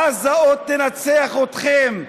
עזה עוד תנצח אתכם.